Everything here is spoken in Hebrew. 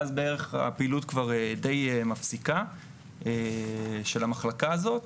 ואז בערך הפעילות דיי מפסיקה של המחלקה הזאת.